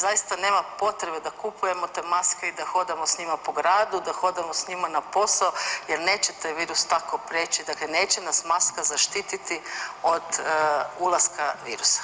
Zaista nema potrebe da kupujemo te maske i da hodamo sa njima po gradu, da hodamo sa njima na posao jer neće taj virus tako priječi, neće nas maska zaštititi od ulaska virusa.